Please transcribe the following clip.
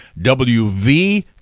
wv